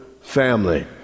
family